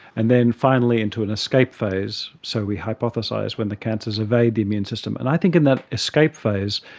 and then finally into an escape phase, so we hypothesise, when the cancers evade the immune system. and i think in that escape phase,